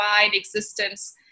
existence